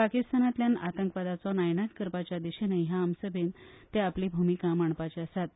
पाकिस्तानातल्यान आतंकवादाचो नायनाट करपाच्या दिशेनूंय ह्या आमसभेन ते आपली भूमिका मांडपाचे आसात